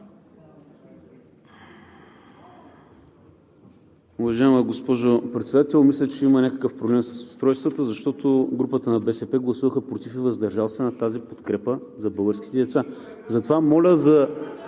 Уважаема госпожо Председател, мисля, че има някакъв проблем с устройството, защото групата на БСП гласуваха против и въздържал се на тази подкрепа за българските деца. Затова, моля за